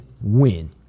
win